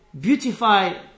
beautify